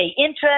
interest